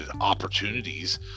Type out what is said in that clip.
opportunities